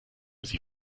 sie